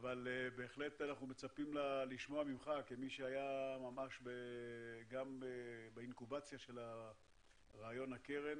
אנחנו מצפים לשמוע ממך כמי שהיה ממש גם באינקובציה של רעיון הקרן